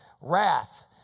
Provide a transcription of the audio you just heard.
Wrath